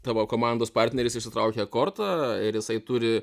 tavo komandos partneris išsitraukia kortą ir jisai turi